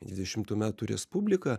dvidešimtų metų respublika